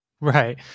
Right